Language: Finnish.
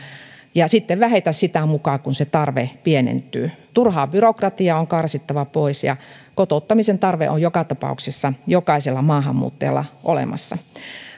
ja sitten vähetä sitä mukaa kun tarve pienentyy turhaa byrokratiaa on karsittava pois kotouttamisen tarve on joka tapauksessa jokaisella maahanmuuttajalla olemassa